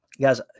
Guys